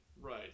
Right